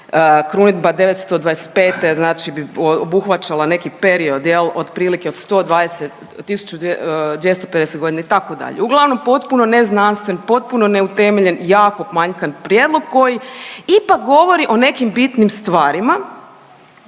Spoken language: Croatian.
krunidba 925. znači bi obuhvaćala neki period jel otprilike od 120, 1000, 250 godina i tako dalje. Uglavnom potpuno neznanstven, potpuno neutemeljen, jako manjkav prijedlog koji ipak govori o nekim bitnim stvarima,